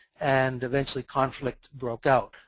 and eventually conflict broke out.